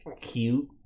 cute